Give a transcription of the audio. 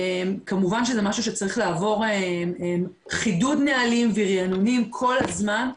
כמובן שזה משהו שצריך לעבור חידוד נהלים וריענונים כל הזמן,